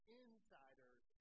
insiders